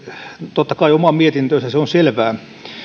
totta kai omaan mietintöönsä se on selvää